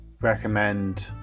recommend